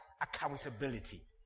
accountability